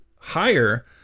higher